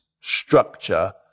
structure